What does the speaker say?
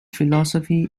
philosophy